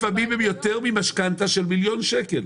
לפעמים הן יותר ממשכנתא של מיליון שקל.